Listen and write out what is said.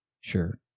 Sure